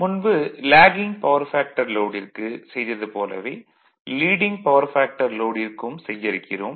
முன்பு lagging power factor லோடிற்கு செய்தது போலவே லீடிங் பவர் ஃபேக்டர் லோடிற்கும் செய்ய இருக்கிறோம்